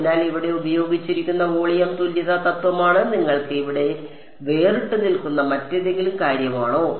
അതിനാൽ ഇവിടെ ഉപയോഗിച്ചിരിക്കുന്ന വോളിയം തുല്യത തത്വമാണ് നിങ്ങൾക്ക് ഇവിടെ വേറിട്ടുനിൽക്കുന്ന മറ്റേതെങ്കിലും കാര്യമാണോ